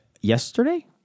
yesterday